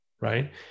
Right